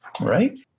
right